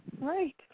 Right